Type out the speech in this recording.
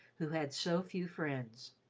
who had so few friends.